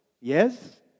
Yes